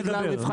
לא תקוע.